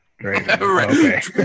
Right